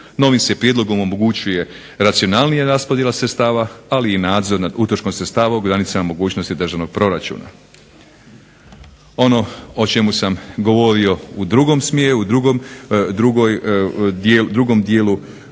Novim se prijedlogom omogućuje racionalnija raspodjela sredstava, ali i nadzor nad utroškom sredstava u granicama mogućnosti državnog proračuna. Ono o čemu sam govorio u drugom smjeru, u drugom dijelu